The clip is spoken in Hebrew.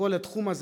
בכל התחום הזה,